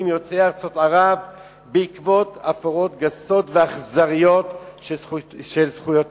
יוצאי ארצות ערב בעקבות הפרות גסות ואכזריות של זכויותיהם.